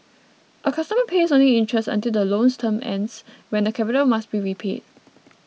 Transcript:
a customer pays only interest until the loan's term ends when the capital must be repaid